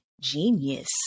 genius